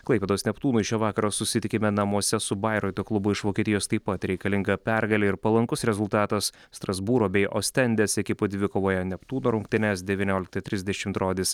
klaipėdos neptūnui šio vakaro susitikime namuose su bairoito klubu iš vokietijos taip pat reikalinga pergalė ir palankus rezultatas strasbūro bei ostendės ekipų dvikovoje neptūno rungtynes devynioliktą trisdešimt rodys